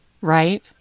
Right